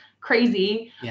crazy